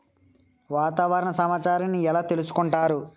వాతావరణ సమాచారాన్ని ఎలా తెలుసుకుంటారు?